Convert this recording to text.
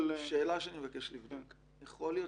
שאלה שאני מבקש לבדוק יכול להיות